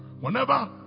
whenever